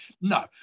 No